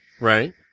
Right